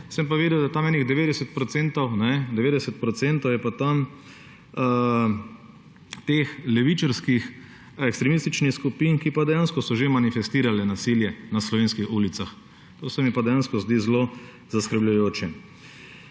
sem pa videl, da je tam kakšnih 90 % teh levičarskih ekstremističnih skupin, ki pa so dejansko že manifestirale nasilje na slovenskih ulicah. To se mi pa dejansko zdi zelo zaskrbljujoče.